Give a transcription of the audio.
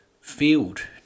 field